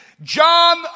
John